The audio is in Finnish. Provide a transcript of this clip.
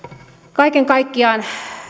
kaiken kaikkiaan